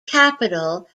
capital